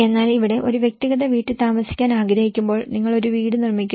എന്നാൽ ഇവിടെ ഒരു വ്യക്തിഗത വീട്ടിൽ താമസിക്കാൻ ആഗ്രഹിക്കുമ്പോൾ നിങ്ങൾ ഒരു വീട് നിർമ്മിക്കുന്നു